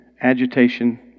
agitation